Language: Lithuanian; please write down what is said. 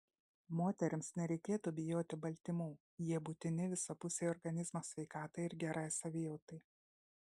moterims nereikėtų bijoti baltymų jie būtini visapusei organizmo sveikatai ir gerai savijautai